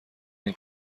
این